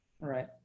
right